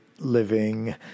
living